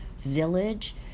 village